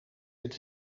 het